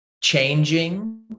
changing